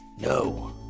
no